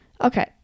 Okay